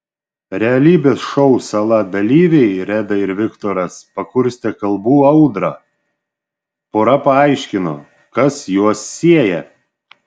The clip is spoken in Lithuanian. realybės šou sala dalyviai reda ir viktoras pakurstė kalbų audrą pora paaiškino kas juos sieja